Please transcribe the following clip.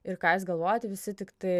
ir ką jūs galvojate visi tiktai